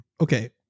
Okay